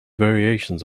variations